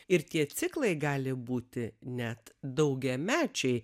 ir tie ciklai gali būti net daugiamečiai